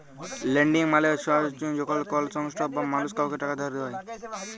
lending মালে চ্ছ যখল কল সংস্থা বা মালুস কাওকে টাকা ধার দেয়